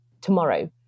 tomorrow